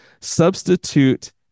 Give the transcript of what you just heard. substitute